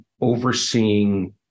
overseeing